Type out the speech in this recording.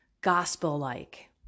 gospel-like